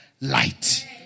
light